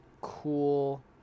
cool